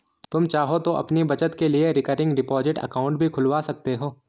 तुम चाहो तो अपनी बचत के लिए रिकरिंग डिपॉजिट अकाउंट भी खुलवा सकते हो